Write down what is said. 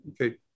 Okay